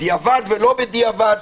בדיעבד ולא בדיעבד.